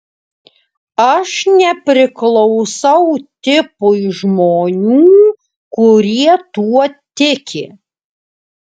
aš nepriklausau tipui žmonių kurie tuo tiki